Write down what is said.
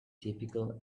typical